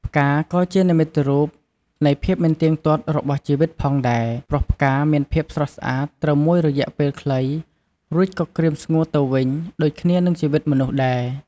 ផ្កាក៏ជានិមិត្តរូបនៃភាពមិនទៀងទាត់របស់ជីវិតផងដែរ ព្រោះផ្កាមានភាពស្រស់ស្អាតត្រឹមមួយរយៈពេលខ្លី រួចក៏ក្រៀមស្ងួតទៅវិញ ដូចគ្នានឹងជីវិតមនុស្សដែរ។